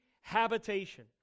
habitation